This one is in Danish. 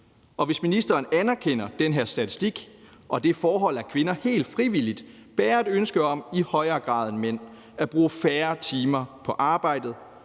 Og hvis ministeren anerkender den her statistik og det forhold, at kvinder helt frivilligt og i højere grad end mænd bærer et ønske om at bruge færre timer på arbejdet,